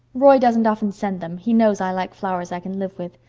roy doesn't often send them he knows i like flowers i can live with.